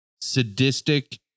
sadistic